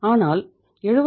ஆனால் Rs